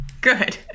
Good